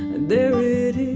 there it